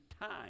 time